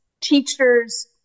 teachers